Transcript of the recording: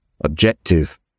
objective